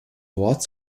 wort